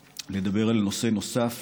לדבר בקצרה על נושא נוסף